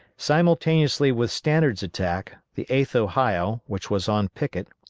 simultaneously with stannard's attack, the eighth ohio, which was on picket,